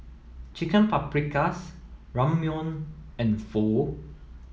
Chicken Paprikas Ramyeon and Pho